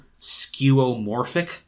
skeuomorphic